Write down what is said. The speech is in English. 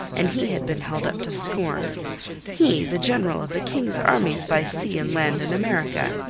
and he had been held up to scorn he, the general of the king's armies by sea and land in america.